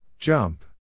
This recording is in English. Jump